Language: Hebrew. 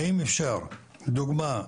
האם אפשר דוגמה,